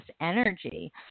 energy